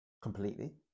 completely